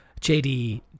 JD